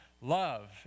Love